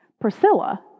Priscilla